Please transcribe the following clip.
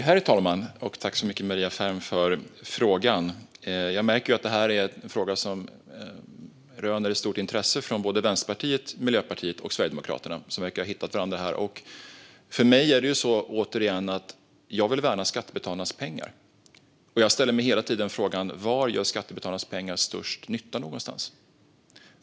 Herr talman! Tack så mycket, Maria Ferm, för frågan! Jag märker att detta är en fråga som röner stort intresse från Vänsterpartiet, Miljöpartiet och Sverigedemokraterna. Ni verkar ha hittat varandra här. För mig är det återigen så att jag vill värna skattebetalarnas pengar. Jag ställer mig hela tiden frågan var skattebetalarnas pengar gör störst nytta.